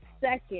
second